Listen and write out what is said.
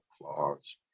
claws